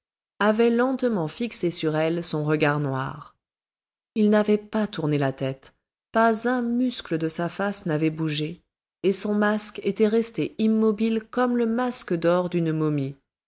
avait lentement fixé sur elle son regard noir il n'avait pas tourné la tête pas un muscle de sa face n'avait bougé et son masque était resté immobile comme le masque d'or d'une momie